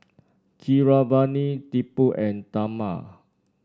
Keeravani Tipu and Tharman